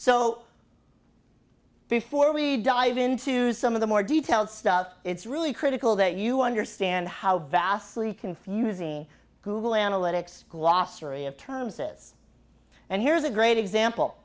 so before we dive into some of the more detailed stuff it's really critical that you understand how vastly confusing google analytics glossary of terms is and here's a great example